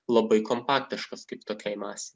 labai kompaktiškas kaip tokiai masei